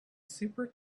super